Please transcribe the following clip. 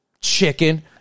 Chicken